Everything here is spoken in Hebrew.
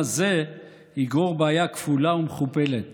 זה בדיוק ההגדרה פה להבדל בין בנט לשקד.